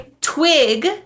Twig